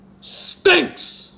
Stinks